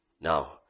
Now